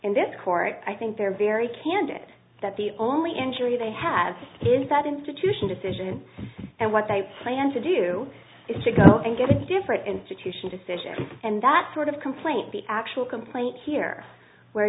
in this court i think they're very candid that the only injury they have in that institution decision and what they plan to do is to go out and get a different institution decision and that sort of complaint the actual complaint here where